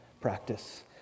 practice